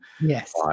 yes